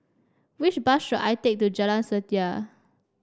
which bus should I take to Jalan Setia